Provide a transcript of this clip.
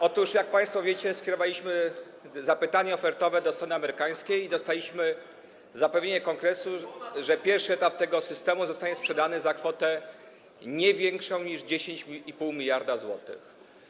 Otóż jak państwo wiecie, skierowaliśmy zapytanie ofertowe do strony amerykańskiej i dostaliśmy zapewnienie Kongresu, że pierwszy etap tego systemu zostanie sprzedany za kwotę nie większą niż 10,5 mld zł.